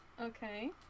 Okay